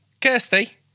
Kirsty